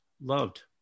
loved